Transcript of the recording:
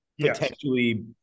potentially